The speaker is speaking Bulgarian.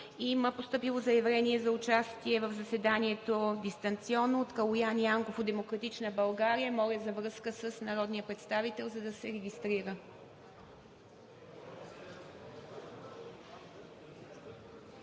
Има постъпило заявление за дистанционно участие в заседанието от Калоян Янков от „Демократична България“. Моля за връзка с народния представител, за да се регистрира.